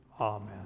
Amen